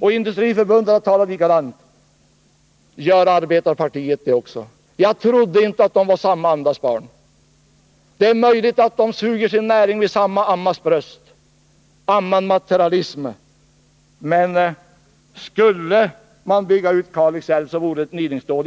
Och Industriförbundet har talat likadant. Gör arbetarpartiet det också? Jag trodde inte att de var samma andas barn. Men det är möjligt att de suger sin näring vid samma ammas bröst — amman materialism. Skulle man bygga ut Kalixälven vore det ett nidingsdåd.